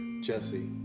Jesse